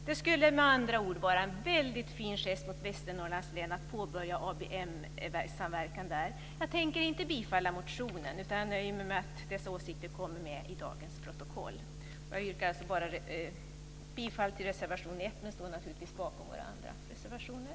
Det skulle med andra ord vara en väldigt fin gest mot Västernorrlands län att påbörja ABM-samverkan där. Jag tänker inte yrka bifall till motionen, utan jag nöjer mig med att dessa åsikter kommer med i dagens protokoll. Jag yrkar bifall till reservation 1, men jag står naturligtvis bakom våra andra reservationer.